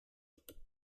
hop